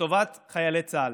ולטובת חיילי צה"ל.